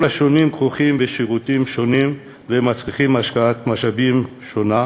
כרוכים בשירותים שונים ומצריכים השקעת משאבים שונה,